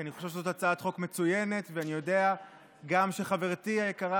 כי אני חושב שזו הצעת חוק מצוינת ואני יודע שגם חברתי היקרה,